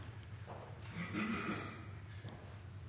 uten